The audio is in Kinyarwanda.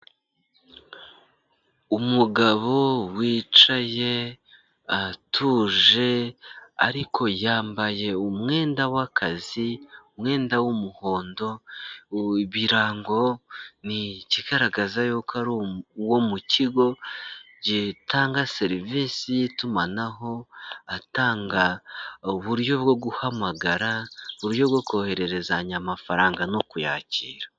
Umugabo wicaye atuje ariko yambaye umwenda w'akazi, umwenda w'umuhondo ibirango ni ikigaragaza yuko ari uwo mu kigo gitanga serivisi y'itumanaho, atanga uburyo bwo guhamagara, uburyo bwo kohererezanya amafaranga no kuyakira.